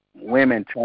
women